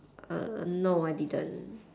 no I didn't